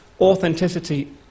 authenticity